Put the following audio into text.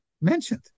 mentioned